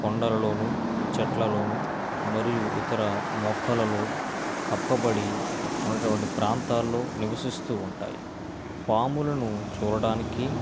కొండలలోను చెట్లలోను మరియు ఇతర మొక్కలలో కప్పబడి ఉన్నటువంటి ప్రాంతాల్లో నివసిస్తూ ఉంటాయి పాములను చూడడానికి